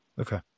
Okay